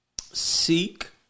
Seek